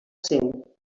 seu